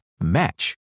match